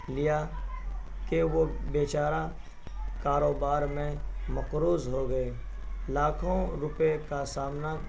لیا کہ وہ بےچارہ کاروبار میں مقروض ہو گئے لاکھوں روپئے کا سامنا